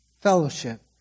fellowship